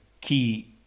key